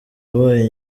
wabaye